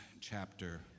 chapter